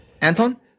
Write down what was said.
Anton